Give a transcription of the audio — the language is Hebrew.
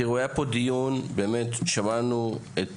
(יו”ר הוועדה לזכויות הילד): שמענו פה את